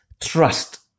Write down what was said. trust